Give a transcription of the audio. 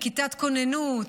כיתת כוננות,